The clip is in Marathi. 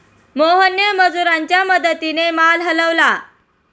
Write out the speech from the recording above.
मोहनने मजुरांच्या मदतीने माल हलवला